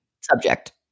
subject